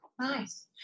Nice